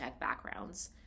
backgrounds